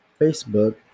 facebook